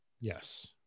Yes